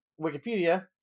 Wikipedia